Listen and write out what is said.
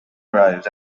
arrived